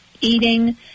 eating